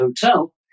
Hotel